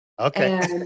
Okay